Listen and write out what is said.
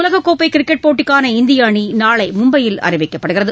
உலகக்கோப்பை கிரிக்கெட் போட்டிக்கான இந்திய அணி நாளை மும்பையில் அறிவிக்கப்படுகிறது